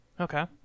Okay